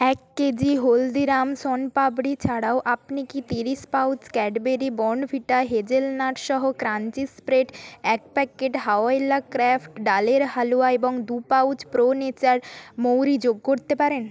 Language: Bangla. এক কেজি হলদিরাম শনপাবড়ি ছাড়াও আপনি কি তিরিশ পাউচ ক্যাডবেরি বর্ণভিটা হেজেলনাট সহ ক্রাঞ্চি স্প্রেড এক প্যাকেট হাওয়াই লাক ক্র্যাফট ডালের হালুয়া এবং দু পাউচ প্রো নেচার মৌরি যোগ করতে পারেন